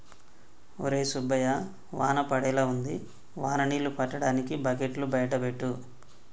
ఒరై సుబ్బయ్య వాన పడేలా ఉంది వాన నీళ్ళు పట్టటానికి బకెట్లు బయట పెట్టు